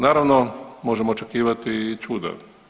Naravno možemo očekivati i čuda.